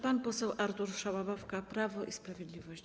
Pan poseł Artur Szałabawka, Prawo i Sprawiedliwość.